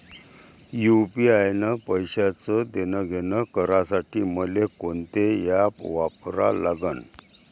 UPI न पैशाचं देणंघेणं करासाठी मले कोनते ॲप वापरा लागन?